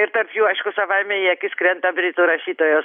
ir tarp jų aišku savaime į akis krenta britų rašytojos